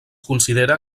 considera